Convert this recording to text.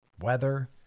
weather